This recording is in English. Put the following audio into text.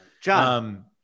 John